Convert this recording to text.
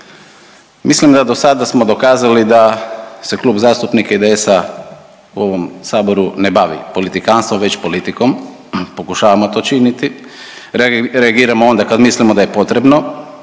Mislim da do sada smo dokazali da se Klub zastupnika IDS-a u ovom Saboru ne bavi politikanstvom već politikom. Pokušavamo to činiti, reagiramo onda kad mislimo da je potrebno.